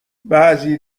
بعضی